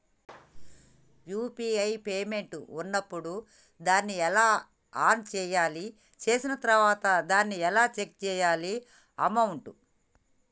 UPI payment ఉన్నప్పుడు దాన్ని ఎలా ఆన్ చేయాలి? చేసిన తర్వాత దాన్ని ఎలా చెక్ చేయాలి అమౌంట్?